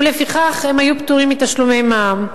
ולפיכך הן היו פטורות מתשלומי מע"מ.